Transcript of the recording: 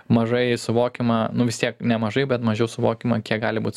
mažai suvokiama nu vis tiek ne mažai bet mažiau suvokiama kiek gali būti